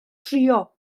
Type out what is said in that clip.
trio